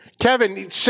Kevin